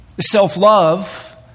Self-love